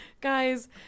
guys